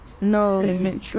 no